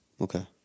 Okay